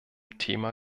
thema